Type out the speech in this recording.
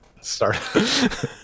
Start